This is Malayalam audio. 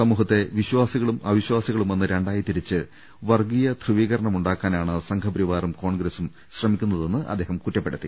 സമൂ ഹത്തെ വിശ്വാസികളും അവിശ്വാസികളുമെന്ന് രണ്ടായി തിരിച്ച് വർഗ്ഗീയ ധ്രുവീകരണം ഉണ്ടാക്കാനാണ് സംഘപരി വാറും കോൺഗ്രസ്സും ശ്രമിക്കുന്നതെന്ന് അദ്ദേഹം കുറ്റപ്പെ ടുത്തി